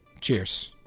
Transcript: Cheers